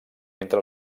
entre